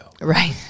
right